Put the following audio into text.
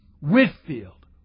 Whitfield